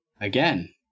again